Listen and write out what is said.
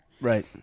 right